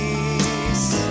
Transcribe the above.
Peace